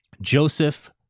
Joseph